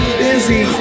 busy